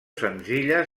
senzilla